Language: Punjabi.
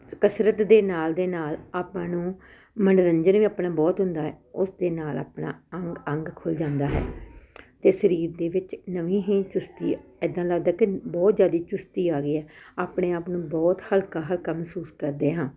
ਕਸਰਤ ਦੇ ਨਾਲ ਦੇ ਨਾਲ ਆਪਾਂ ਨੂੰ ਮਨੋਰੰਜਨ ਵੀ ਆਪਣਾ ਬਹੁਤ ਹੁੰਦਾ ਉਸ ਦੇ ਨਾਲ ਆਪਣਾ ਅੰਗ ਅੰਗ ਖੁੱਲ੍ਹ ਜਾਂਦਾ ਹੈ ਅਤੇ ਸਰੀਰ ਦੇ ਵਿੱਚ ਨਵੀਂ ਹੀ ਚੁਸਤੀ ਐਦਾਂ ਲੱਗਦਾ ਕਿ ਬਹੁਤ ਜ਼ਿਆਦਾ ਚੁਸਤੀ ਆ ਗਈ ਆ ਆਪਣੇ ਆਪ ਨੂੰ ਬਹੁਤ ਹਲਕਾ ਹਲਕਾ ਮਹਿਸੂਸ ਕਰਦੇ ਹਾਂ